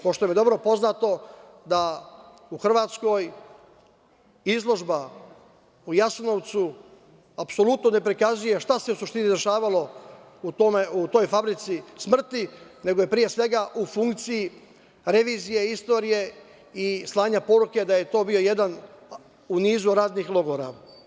Pošto nam je dobro poznato da u Hrvatskoj izložba u Jasenovcu apsolutno ne prikazuje šta se u suštini dešavalo u toj fabrici smrti, nego je pre svega u funkciji revizije istorije i slanja poruke da je to bio jedan u nizu radnih logora.